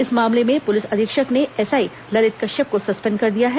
इस मामले में पुलिस अधीक्षक ने एसआई ललित कश्यप को सस्पेंड कर दिया है